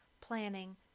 planning